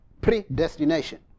Predestination